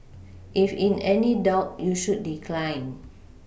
if in any doubt you should decline